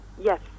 Yes